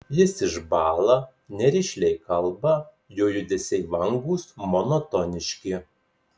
jis išbąla nerišliai kalba jo judesiai vangūs monotoniški